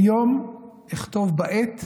/ היום אכתוב בעט,